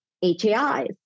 HAIs